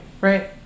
right